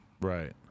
Right